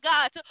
God